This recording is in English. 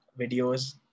videos